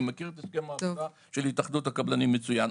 ואני מכיר את הסכם העבודה של התאחדות הקבלנים מצוין.